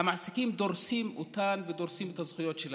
המעסיקים דורסים אותן ודורסים את הזכויות שלהן.